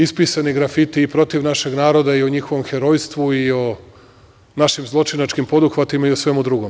Ispisani su i grafiti i protiv našeg naroda i o njihovom herojstvu i o našim zločinačkim poduhvatima i o svemu drugom.